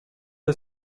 del